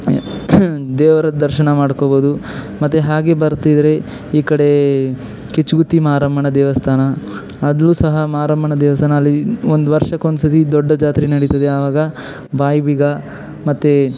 ದೇವರ ದರ್ಶನ ಮಾಡ್ಕೊಳ್ಬೋದು ಮತ್ತು ಹಾಗೆಯೇ ಬರ್ತಿದ್ರೆ ಈ ಕಡೆ ಕಿಚ್ಚುಗತ್ತಿ ಮಾರಮ್ಮನ ದೇವಸ್ಥಾನ ಅಲ್ಲಿಯೂ ಸಹ ಮಾರಮ್ಮನ ದೇವಸ್ಥಾನ ಅಲ್ಲಿ ಒಂದು ವರ್ಷಕ್ಕೆ ಒಂದ್ಸರ್ತಿ ದೊಡ್ಡ ಜಾತ್ರೆ ನಡಿತದೆ ಆವಾಗ ಬಾಯಿ ಬೀಗ ಮತ್ತು